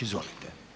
Izvolite.